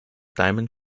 diamond